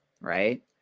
Right